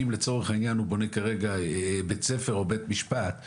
אם לצורך העניין היא בונה כרגע בית ספר או בית משפט,